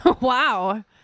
Wow